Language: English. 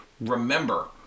remember